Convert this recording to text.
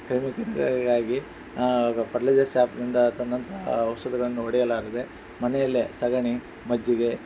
creamy ಕೀಟಗಳಿಗಾಗಿ fertilisers ಶ್ಯಾಪ್ನಿಂದ ತಂದಂಥ ಔಷಧಗಳನ್ ಹೊಡೆಯಲಾರದೆ ಮನೆಯಲ್ಲೇ ಸಗಣಿ ಮಜ್ಜಿಗೆ